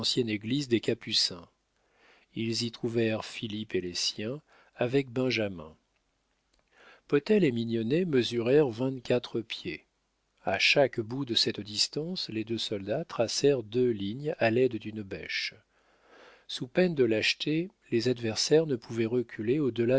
église des capucins ils y trouvèrent philippe et les siens avec benjamin potel et mignonnet mesurèrent vingt-quatre pieds a chaque bout de cette distance les deux soldats tracèrent deux lignes à l'aide d'une bêche sous peine de lâcheté les adversaires ne pouvaient reculer